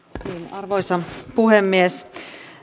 arvoisa puhemies